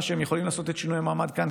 שהם יכולים לעשות את שינוי המעמד כאן,